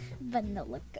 Vanilla